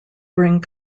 bring